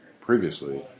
previously